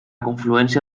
confluència